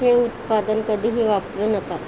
हे उत्पादन कधीही वापरू नका